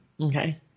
Okay